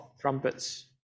trumpets